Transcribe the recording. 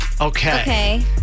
Okay